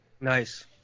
nice